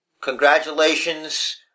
congratulations